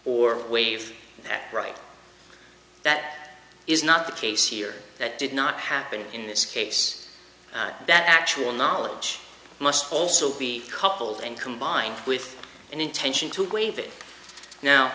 or waive that right that is not the case here that did not happen in this case that actual knowledge must also be coupled and combined with an intention to